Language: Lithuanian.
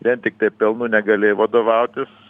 vien tiktai pelnu negali vadovautis